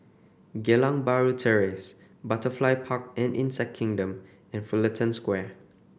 Geylang Bahru Terrace Butterfly Park and Insect Kingdom and Fullerton Square